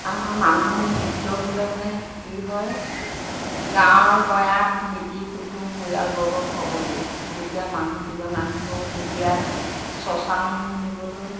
আমাৰ মানুহ মৃত্যু হ'লে মানে কি হয় গাঁৱৰ গঞাক মিতিৰ কুটুম পৰিয়ালবৰ্গক খবৰ দিয়ে যেতিয়া মানুহকেইজন আহিব তেতিয়া শশানলৈ নিবলৈ